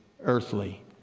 earthly